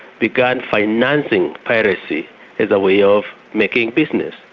began financing piracy as a way of making business.